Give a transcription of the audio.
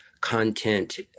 content